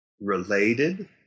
related